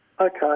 Okay